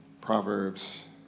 Proverbs